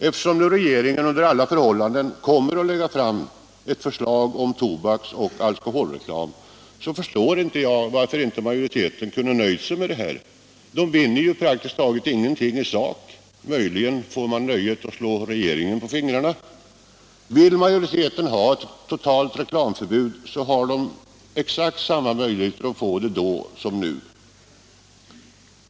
Eftersom regeringen under alla förhållanden kommer att lägga fram ett förslag om tobaksoch alkoholreklam förstår jag inte varför inte majoriteten kunde nöjt sig med detta — de vinner ju praktiskt taget ingenting i sak; möjligen får man nöjet att slå regeringen på fingrarna. Vill majoriteten ha ett totalt alkoholförbud, hade den exakt samma möjligheter att få det då som den har nu.